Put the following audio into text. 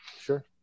Sure